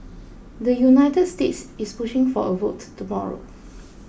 the United States is pushing for a vote tomorrow